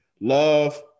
Love